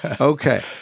Okay